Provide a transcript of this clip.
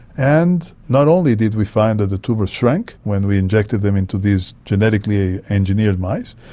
and not only did we find that the tumours shrank when we injected them into these genetically engineered mice,